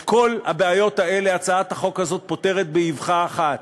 את כל הבעיות האלה הצעת החוק הזאת פותרת באבחה אחת.